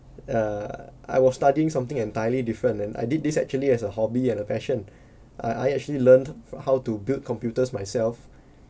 err I was studying something entirely different and I did this actually as a hobby and a passion I I actually learnt how to build computers myself